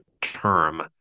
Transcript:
term